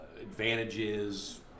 advantages